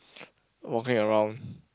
walking around